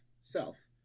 self